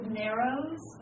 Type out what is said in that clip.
narrows